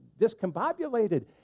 discombobulated